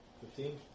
Fifteen